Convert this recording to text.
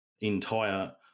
entire